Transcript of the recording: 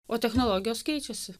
o technologijos keičiasi